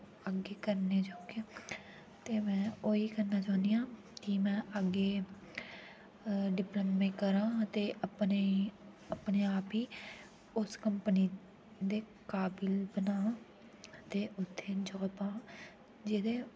अग्गें करने चाह्गी ते मैं होई करना चाहंन्नी आं में अग्गें डिप्लोमे करां ते अपने अपने आप गी उस कम्पनी दे काबिल बनां ते उत्थै जाब पां जेह्दे